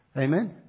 Amen